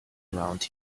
around